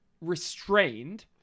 restrained